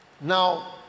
Now